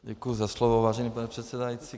Děkuji za slovo, vážený pane předsedající.